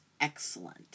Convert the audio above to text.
excellent